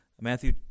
Matthew